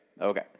okay